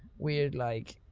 weird like,